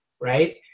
right